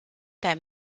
that